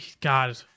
God